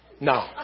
No